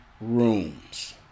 rooms